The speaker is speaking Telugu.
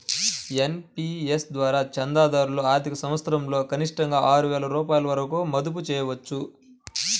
ఎన్.పీ.ఎస్ ద్వారా చందాదారులు ఆర్థిక సంవత్సరంలో కనిష్టంగా ఆరు వేల రూపాయల వరకు మదుపు చేయవచ్చు